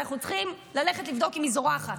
אנחנו צריכים ללכת לבדוק אם היא זורחת,